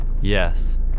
Yes